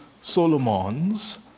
Solomon's